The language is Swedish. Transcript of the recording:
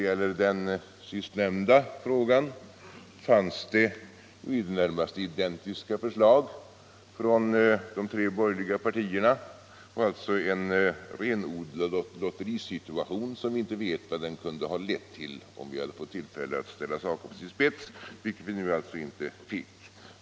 I den sistnämnda frågan fanns det i det närmaste identiska förslag från de tre borgerliga partierna och alltså en renodlad lotterisituation, som vi inte vet vad den hade lett till om saken ställts på sin spets, vilket det alltså inte blev tillfälle till.